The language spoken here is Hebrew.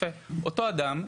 אותו אדם,